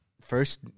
first